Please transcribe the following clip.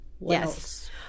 Yes